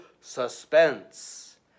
Suspense